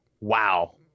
Wow